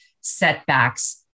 setbacks